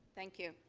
thank you.